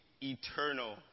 eternal